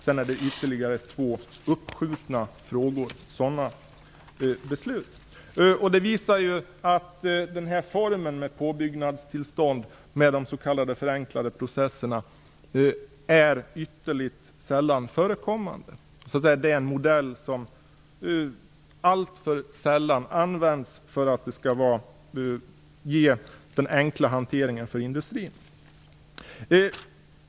Sedan är det beslut om 2 Det visar att formen med påbyggnadstillstånd med de s.k. förenklade processerna är ytterligt sällan förekommande. Det är en modell som alltför sällan används för att det skall ge en enkel hantering för industrin.